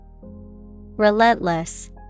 Relentless